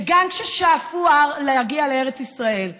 שגם כששאפו להגיע לארץ ישראל,